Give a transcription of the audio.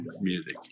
music